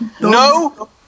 No